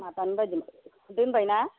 माबानि बायदिमोन दोनबाय ना